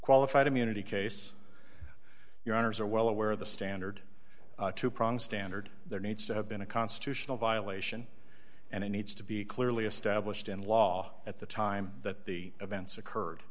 qualified immunity case your honors are well aware of the standard two prong standard there needs to have been a constitutional violation and it needs to be clearly established in law at the time that the events occurred